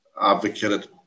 advocated